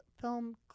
film